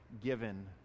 given